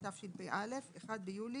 שלומי,